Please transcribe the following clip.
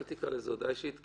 אל תקרא לזה הודעה אישית,